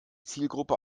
zielgruppe